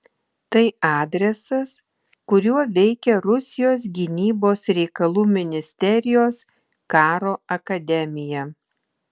tai adresas kuriuo veikia rusijos gynybos reikalų ministerijos karo akademija